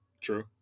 True